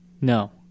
No